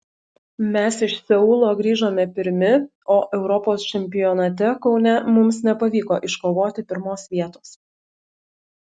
mes iš seulo grįžome pirmi o europos čempionate kaune mums nepavyko iškovoti pirmos vietos